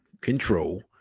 control